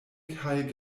kaj